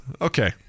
okay